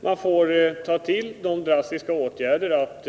Man får ta till det drastiska greppet att